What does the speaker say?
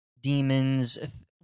demons